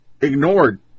ignored